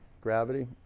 gravity